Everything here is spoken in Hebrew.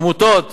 עמותות